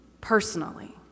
personally